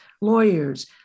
lawyers